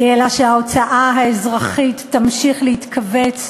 אלא שההוצאה האזרחית תמשיך להתכווץ,